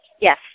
Yes